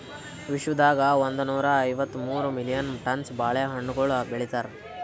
ವಿಶ್ವದಾಗ್ ಒಂದನೂರಾ ಐವತ್ತ ಮೂರು ಮಿಲಿಯನ್ ಟನ್ಸ್ ಬಾಳೆ ಹಣ್ಣುಗೊಳ್ ಬೆಳಿತಾರ್